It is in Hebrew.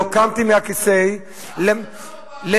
לא